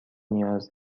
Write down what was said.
نیاز